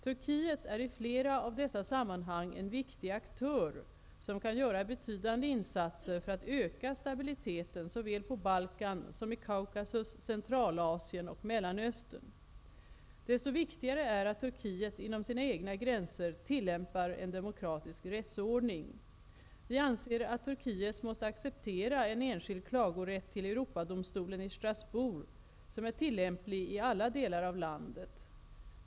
Turkiet är i flera av dessa sammanhang en viktig aktör, som kan göra betydande insatser för att öka stabiliteten såväl på Balkan som i Kaukasus, Centralasien och Desto viktigare är att Turkiet inom sina egna gränser tillämpar en demokratisk rättsordning. Vi anser att Turkiet måste acceptera en enskild klagorätt till Europadomstolen i Strasbourg som är tillämplig i alla delar av landet.